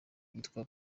yitwa